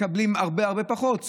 מקבלים הרבה הרבה פחות,